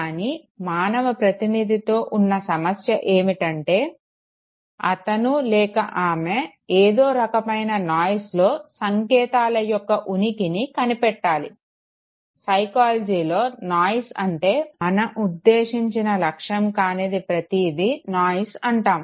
కానీ మానవ ప్రతినిధితో ఉన్న సమస్య ఏమిటంటే అతను లేక ఆమె ఏదో రకమైన నాయిస్లో సంకేతాల యొక్క ఉనికిని కనిపెట్టాలి సైకాలజీలో నాయిస్ అంటే మన ఉద్దేశించిన లక్ష్యం కానిది ప్రతిదీ నాయిస్ అంటాము